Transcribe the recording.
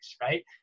right